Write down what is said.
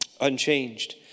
unchanged